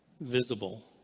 visible